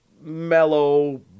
mellow